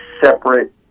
separate